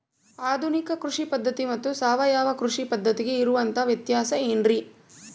ಆಧುನಿಕ ಕೃಷಿ ಪದ್ಧತಿ ಮತ್ತು ಸಾವಯವ ಕೃಷಿ ಪದ್ಧತಿಗೆ ಇರುವಂತಂಹ ವ್ಯತ್ಯಾಸ ಏನ್ರಿ?